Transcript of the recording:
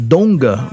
Donga